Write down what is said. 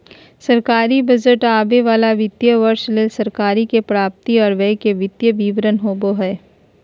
सरकारी बजट आवे वाला वित्तीय वर्ष ले सरकार के प्राप्ति आर व्यय के वित्तीय विवरण होबो हय